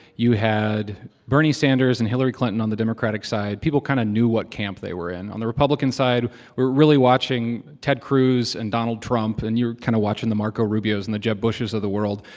you had bernie sanders and hillary clinton on the democratic side. people kind of knew what camp they were in. on the republican side, we were really watching ted cruz and donald trump, and you were kind of watching the marco rubios and the jeb bushes of the world.